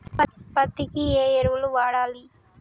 పత్తి కి ఏ ఎరువులు వాడాలి?